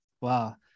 Wow